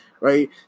Right